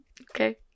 Okay